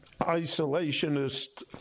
isolationist